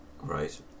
Right